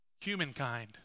humankind